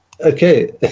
Okay